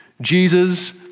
Jesus